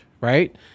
right